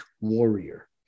warrior